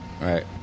Right